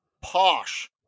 posh